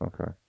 Okay